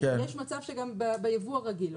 יש מצב שגם בייבוא הרגיל,